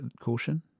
caution